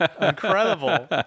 Incredible